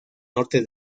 norte